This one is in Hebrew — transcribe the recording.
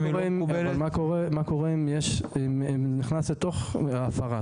אבל מה קורה אם נכנס לתוך ההפרה?